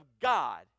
God